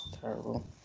Terrible